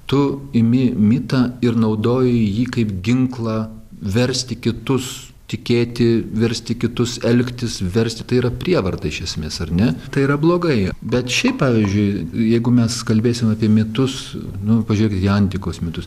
tu imi mitą ir naudoji jį kaip ginklą versti kitus tikėti versti kitus elgtis versti tai yra prievarta iš esmės ar ne tai yra blogai bet šiaip pavyzdžiui jeigu mes kalbėsim apie mitus nu pažiūrėkit į antikos mitus